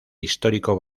histórico